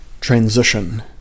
Transition